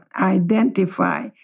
identify